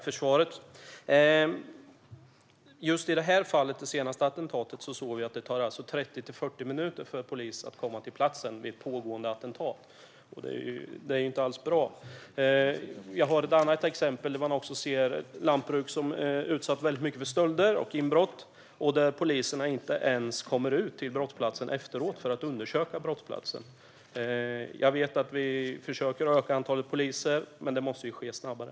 Herr talman! I det här senaste fallet såg vi att det tar 30-40 minuter för polis att komma till platsen under pågående attentat. Det är inte bra. Jag har ett annat exempel. Lantbruk är ofta utsatta för stölder och inbrott, men polisen kommer inte ens ut till brottsplatsen efteråt för att undersöka platsen. Jag vet att vi försöker öka antalet poliser, men det måste ske snabbare.